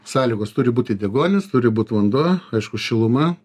sąlygos turi būti deguonis turi būt vanduo aišku šiluma